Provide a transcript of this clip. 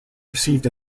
received